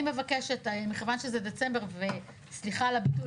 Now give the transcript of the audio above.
מכיוון שזה דצמבר וסליחה על הביטוי,